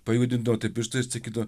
pajudindavo taip pirštais sakydavo